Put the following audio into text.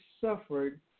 suffered